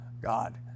God